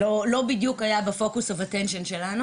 לימודים לא היה ב-Focus of attention שלנו.